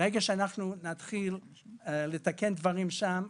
ברגע שאנחנו נתחיל לתקן שם דברים,